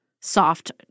soft